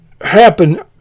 happen